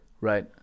right